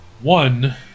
One